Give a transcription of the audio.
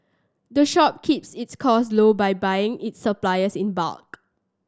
the shop keeps its costs low by buying its supplies in bulk